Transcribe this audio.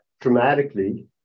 dramatically